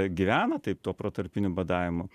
gyvena taip tuo protarpiniu badavimu